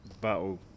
battle